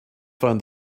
find